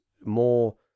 more